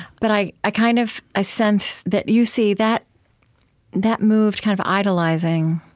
but i i kind of i sense that you see that that moved kind of idolizing,